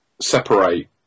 separate